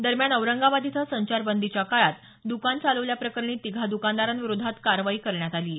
दरम्यान औरंगाबाद इथं संचारबंदीच्या काळात द्कान चालवल्याप्रकरणी तिघा द्कानदारांविरोधात कारवाई करण्यात आली आहे